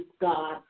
God